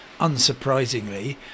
unsurprisingly